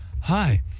Hi